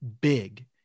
big